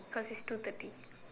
cause it's two thirty